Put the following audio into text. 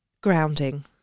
grounding